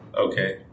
Okay